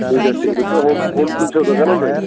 ٹھیٖک حظ چھُ تُہۍ چھِوا ہوٗم ڈیلؤری چھِوا کَران تُہۍ